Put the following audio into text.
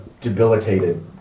debilitated